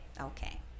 okay